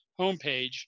homepage